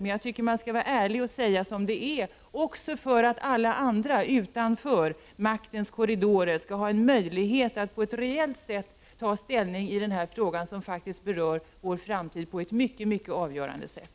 Men man skall vara ärlig och säga som det är så att alla andra utanför maktens korridor bör få en möjlighet att på ett reellt sätt ta ställning i denna fråga, som faktiskt berör vår framtid på ett mycket avgörande sätt.